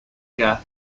gap